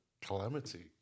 calamity